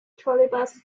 trolleybus